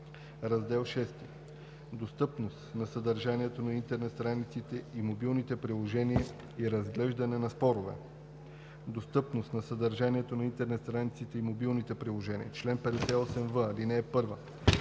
„Раздел VI Достъпност на съдържанието на интернет страниците и мобилните приложения и разглеждане на спорове Достъпност на съдържанието на интернет страниците и мобилните приложения Чл. 58в. (1)